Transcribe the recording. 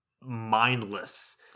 mindless